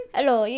Hello